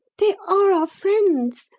they are our friends,